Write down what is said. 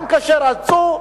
שגם כשרצו,